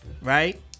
right